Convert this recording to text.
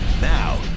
Now